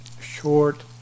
short